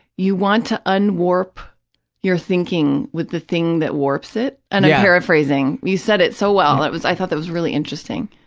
you want to un-warp your thinking with the thing that warps it, and i'm paraphrasing you said it so well, it was, i thought that was really interesting.